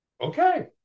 Okay